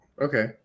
Okay